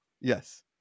Yes